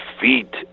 feet